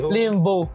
Limbo